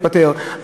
להתפטר.